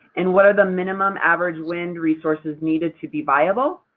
and what are the minimum average wind resources needed to be viable?